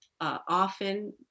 often